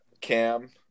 Cam